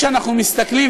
כשאנחנו מסתכלים,